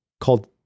called